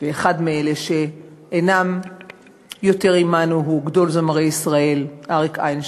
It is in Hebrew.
ואחד מאלה שאינם יותר אתנו הוא גדול זמרי ישראל אריק איינשטיין,